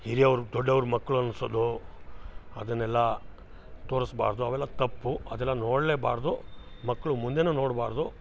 ಹಿರಿಯವ್ರು ದೊಡ್ಡವ್ರು ಮಕ್ಕಳು ಅನ್ನಿಸೋದು ಅದನ್ನೆಲ್ಲ ತೋರಿಸ್ಬಾರ್ದು ಅವೆಲ್ಲ ತಪ್ಪು ಅದೆಲ್ಲ ನೋಡಲೇಬಾರ್ದು ಮಕ್ಕಳು ಮುಂದೆಯೂ ನೋಡಬಾರ್ದು